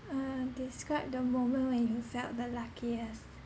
uh describe the moment when you felt the luckiest